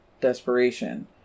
desperation